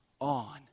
on